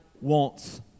wants